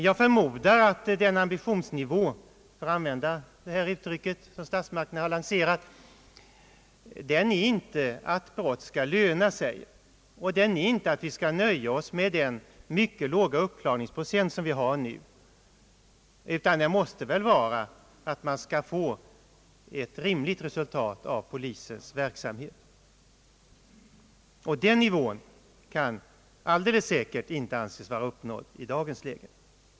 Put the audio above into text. Jag förmodar att ambitionsnivån — för att använda det uttryck som statsmakterna har lanserat — inte är att brott skall löna sig och inte heller att vi skall nöja oss med den mycket låga uppklaringsprocent som vi nu har, utan den måste väl innebära att det skall bli ett rimligt resultat av polisens verksamhet. Den nivån kan enligt min mening inte anses vara uppnådd i dagens läge.